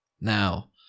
Now